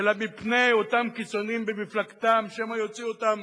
אלא מפני אותם קיצונים במפלגתם, שמא יוציאו אותם